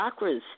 chakras